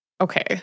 okay